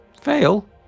Fail